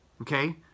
okay